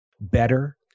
better